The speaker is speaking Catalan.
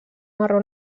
marró